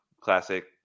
classic